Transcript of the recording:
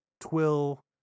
Twill